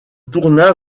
tourna